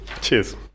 Cheers